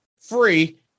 free